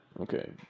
Okay